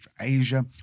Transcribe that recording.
Asia